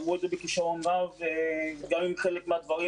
אמרו את זה בכישרון רב גם אם אפשר לחדד חלק מהדברים.